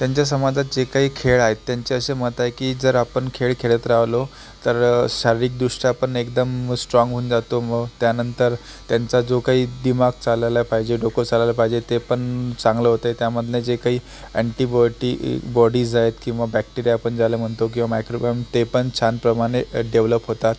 त्यांच्या समाजात जे काही खेळ आहेत त्यांचे असे मत आहे की जर आपण खेळ खेळत राहलो तर शारीरिकदृष्ट्यापण एकदम स्ट्राँग होऊन जातो मग त्यानंतर त्यांचा जो काही दिमाग चालायला पाहिजे डोकं चालायला पाहिजे ते पण चांगलं होतं आहे त्यामधनं जे काही अँटीबॉटि बॉडीज आहेत किंवा बॅक्टेरियापण झालं म्हणतो किंवा मायक्रोगॅम तेपण छान प्रमाणे डेव्हलप होतात